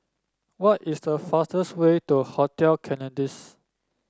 what is the fastest way to Hotel Citadines